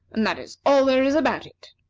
and that is all there is about it.